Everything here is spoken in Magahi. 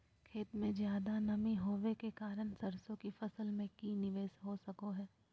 खेत में ज्यादा नमी होबे के कारण सरसों की फसल में की निवेस हो सको हय?